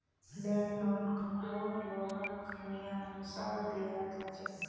land लोनकको लोगक नियमानुसार दियाल जा छेक